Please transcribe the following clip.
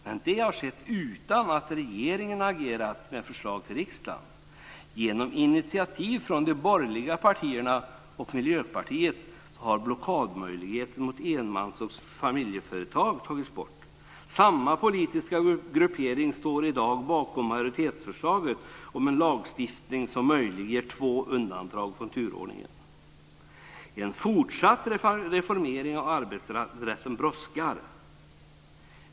Men det har skett utan att regeringen har agerat med förslag till riksdagen. Genom initiativ från de borgerliga partierna och Miljöpartiet har blockadmöjligheten mot enmans och familjeföretag tagits bort. Samma politiska gruppering står i dag bakom majoritetsförslaget om en lagstiftning som möjliggör två undantag från turordningen. En fortsatt reformering av arbetsrätten brådskar.